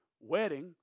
wedding